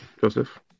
joseph